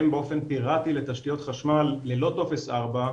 באופן פירטי לתשתיות חשמל ללא טופס 4,